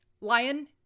Lion